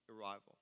arrival